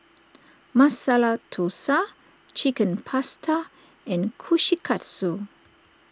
Masala Dosa Chicken Pasta and Kushikatsu